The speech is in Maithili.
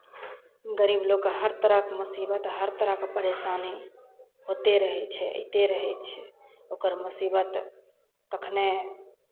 गरीब लोकके हर तरहके मुसीबत हर तरहके परेशानी होइते रहै छै अयते रहै छै ओकर मुसीबत कखनहु